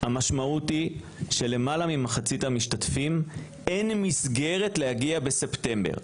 המשמעות היא שללמעלה ממחצית המשתתפים אין מסגרת להגיע בספטמבר,